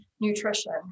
nutrition